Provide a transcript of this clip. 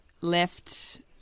left